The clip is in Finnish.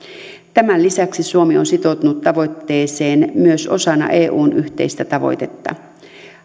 tämän lisäksi suomi on sitoutunut tavoitteeseen myös osana eun yhteistä tavoitetta